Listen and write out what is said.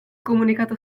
comunicato